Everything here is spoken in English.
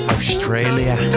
Australia